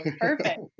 Perfect